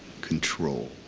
control